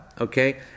okay